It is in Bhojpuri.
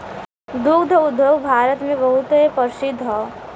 दुग्ध उद्योग भारत मे बहुते प्रसिद्ध हौ